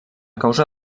causa